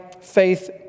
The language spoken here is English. faith